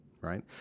right